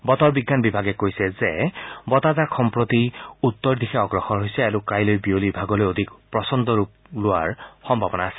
বতৰ বিজ্ঞান বিভাগে কৈছে যে বতাহজাক সম্প্ৰতি উত্তৰ দিশে অগ্ৰসৰ হৈছে আৰু কাইলৈ বিয়লিৰ ভাগলৈ প্ৰচণ্ড ধুমুহাৰ ৰূপ লোৱাৰ সম্ভাৱনা আছে